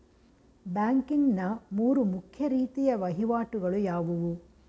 Banking ನ ಮೂರು ಮುಖ್ಯ ರೀತಿಯ ವಹಿವಾಟುಗಳು ಯಾವುವು?